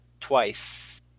twice